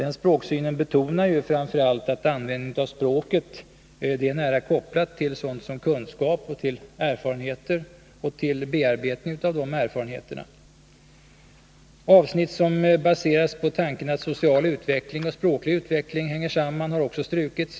Den språksynen innebär att man framför allt betonar att användningen av språket är nära kopplad till sådan kunskap, till erfarenheter och till bearbetningen av dem. Avsnitt som baserats på tanken att social utveckling och språklig utveckling hänger samman har också strukits.